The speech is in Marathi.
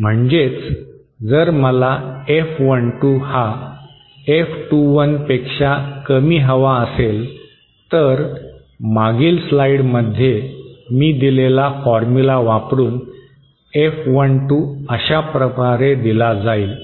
म्हणजेच जर मला F12 हा F21 पेक्षा कमी हवा असेल तर मागील स्लाइडमध्ये मी दिलेला फॉर्म्युला वापरून F12 अशाप्रकारे दिले जाईल